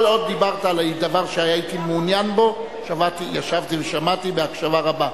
אבל כל עוד דיברת על דבר שהייתי מעוניין בו ישבתי ושמעתי בהקשבה רבה.